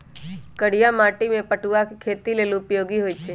करिया माटि में पटूआ के खेती लेल उपयोगी होइ छइ